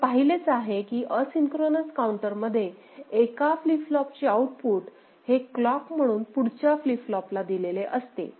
आपण पाहिलेच आहे की असिंक्रोनस काऊंटर मध्ये एका फ्लीप फ्लोपचे आऊट पुट हे क्लॉक म्हणून पुढच्या फ्लीप फ्लॉप ला दिलेले असते